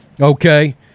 okay